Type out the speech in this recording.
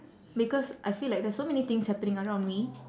because I feel like there's so many things happening around me